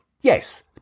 yes